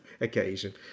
occasion